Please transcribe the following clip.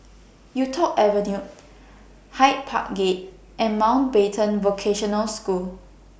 Yuk Tong Avenue Hyde Park Gate and Mountbatten Vocational School